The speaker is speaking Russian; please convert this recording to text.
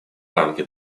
рамки